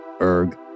erg